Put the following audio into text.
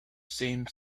same